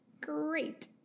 great